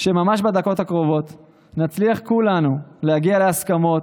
שממש בדקות הקרובות נצליח כולנו להגיע להסכמות.